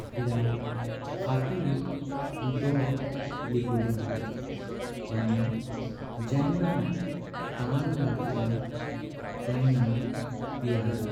आपल्या फाटीर उडोक लिपेटा आणि जेन्ना ताणं लागत तेनां पियता।